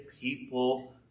people